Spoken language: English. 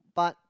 but